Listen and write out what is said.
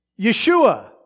Yeshua